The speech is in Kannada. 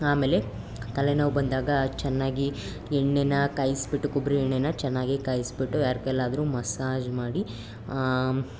ಆಮೇಲೆ ತಲೆನೋವು ಬಂದಾಗ ಚೆನ್ನಾಗಿ ಎಣ್ಣೆನ ಕಾಯಿಸ್ಬಿಟ್ಟು ಕೊಬ್ಬರಿ ಎಣ್ಣೇನ ಚೆನ್ನಾಗೆ ಕಾಯಿಸ್ಬಿಟ್ಟು ಯಾರ ಕೈಯ್ಯಲ್ಲಾದ್ರೂ ಮಸಾಜ್ ಮಾಡಿ